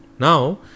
Now